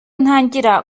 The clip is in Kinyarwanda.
ntangira